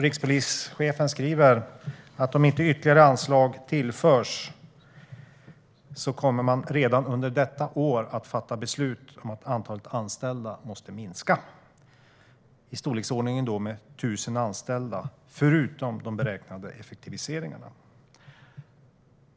Rikspolischefen skriver att om inte ytterligare anslag tillförs kommer man redan under detta år att fatta beslut om att antalet anställda måste minska med i storleksordningen tusen anställda - detta utöver de beräknade effektiviseringarna.